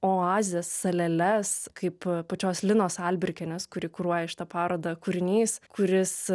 oazės saleles kaip pačios linos albrikienės kuri kuruoja šitą parodą kūrinys kuris